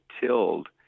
tilled